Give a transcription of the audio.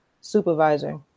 supervisor